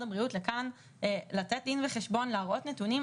הבריאות לכאן לתת דין וחשבון ולהציג נתונים,